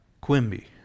Quimby